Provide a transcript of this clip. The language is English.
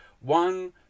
one